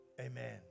Amen